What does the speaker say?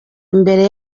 imbere